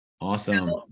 Awesome